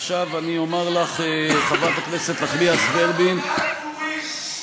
אני מתנצל, אדוני היושב-ראש,